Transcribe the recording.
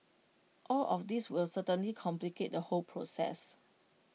all of these will certainly complicate the whole process